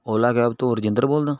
Ola cab ਤੋਂ ਰਜਿੰਦਰ ਬੋਲਦਾ